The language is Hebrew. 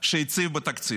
שהציב בתקציב,